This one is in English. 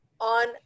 on